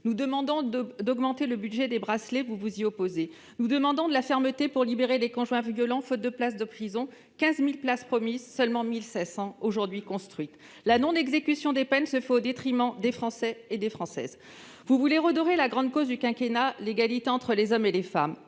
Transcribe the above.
Nous demandons l'augmentation du budget des bracelets ? Vous vous y opposez. Nous demandons de la fermeté ? Vous libérez des conjoints violents faute de places de prison- 15 000 places promises, 1 500 seulement aujourd'hui construites. La non-exécution des peines se fait au détriment des Françaises et des Français. Vous voulez redorer la « grande cause du quinquennat » qu'est l'égalité entre les hommes et les femmes